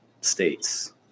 states